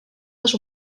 les